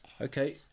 Okay